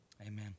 Amen